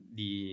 di